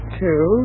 two